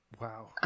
Wow